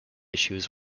issues